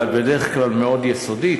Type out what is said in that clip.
ואת בדרך כלל מאוד יסודית,